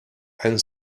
and